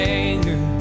anger